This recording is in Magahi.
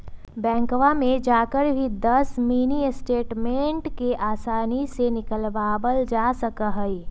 बैंकवा में जाकर भी दस मिनी स्टेटमेंट के आसानी से निकलवावल जा सका हई